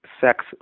sex